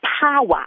power